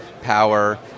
power